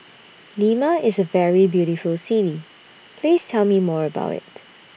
Lima IS A very beautiful City Please Tell Me More about IT